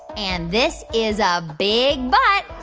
and this is a big but.